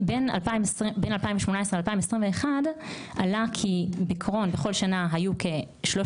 בין 2018-2021 עלה כי בקרוהן בכל שנה היו כ-3,000